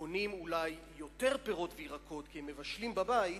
קונים אולי יותר פירות וירקות, כי הם מבשלים בבית,